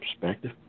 perspective